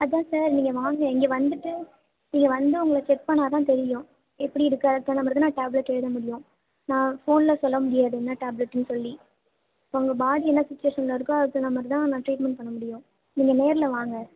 அதான் சார் நீங்கள் வாங்க இங்கே வந்துவிட்டு இங்கே வந்து உங்களை செக் பண்ணாதான் தெரியும் எப்படி இருக்கு அதுக்கு தகுந்த மாதிரிதா நான் டேப்லட் எழுத முடியும் நான் ஃபோனில் சொல்ல முடியாது என்ன டேப்லெட்ன்னு சொல்லி உங்கள் பாடி என்ன சுச்சிவேஷனில் இருக்கோ அதுக்கு தகுந்தா மாதிரிதா நான் டீரீட்மென்ட் பண்ண முடியும் நீங்கள் நேரில் வாங்க